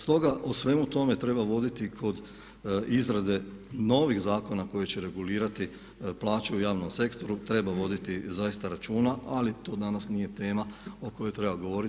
Stoga o svemu tome treba voditi kod izrade novih zakona koji će regulirati plaće u javnom sektoru treba voditi zaista računa, ali to danas nije tema o kojoj treba govoriti.